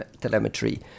telemetry